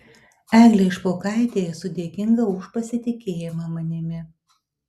eglei špokaitei esu dėkinga už pasitikėjimą manimi